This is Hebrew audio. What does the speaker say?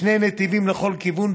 שני נתיבים לכל כיוון,